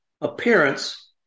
appearance